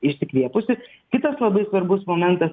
išsikvėpusi kitas labai svarbus momentas